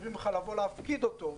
מצווים עליך לבוא להפקיד אותו,